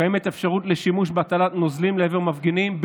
קיימת אפשרות לשימוש בהתזת נוזלים לעבר מפגינים,